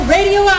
Radio